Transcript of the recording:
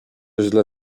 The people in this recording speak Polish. źle